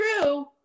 true